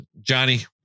Johnny